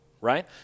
Right